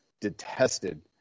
detested